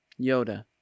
Yoda